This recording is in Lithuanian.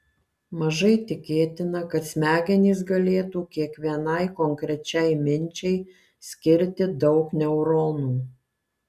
mažai tikėtina kad smegenys galėtų kiekvienai konkrečiai minčiai skirti daug neuronų